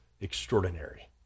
extraordinary